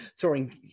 throwing